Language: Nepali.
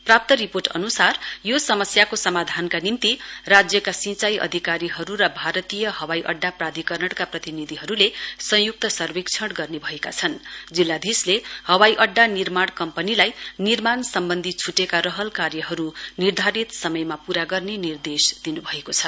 प्राप्त रिपोर्ट अन्सार यो समस्याको समाधानका निम्ति राज्यका सिंचाई अधिकारीहरु र भारतीय हवाई अङ्डान प्राधिकरणका संय्क्त सर्वेक्षण गर्ने भएका छन जिल्लाधीशले हवाईअङ्डा निर्माण कम्पनीलाई निर्माण सम्बन्धी छुटेका रहल कार्यहरु निर्धारित समयमा पूरा गर्ने निदेश दिनुभएको छ